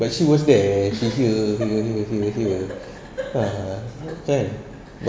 but she was there she hear hear hear hear hear ah kan